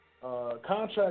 Contract